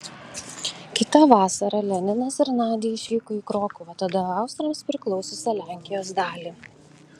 kitą vasarą leninas ir nadia išvyko į krokuvą tada austrams priklausiusią lenkijos dalį